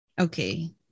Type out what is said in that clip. okay